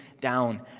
down